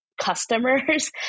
customers